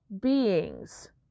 beings